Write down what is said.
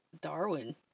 Darwin